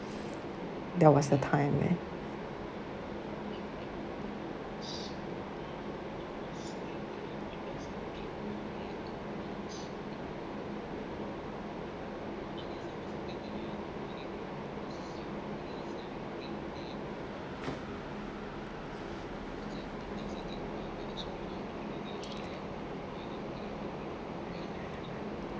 that was the time when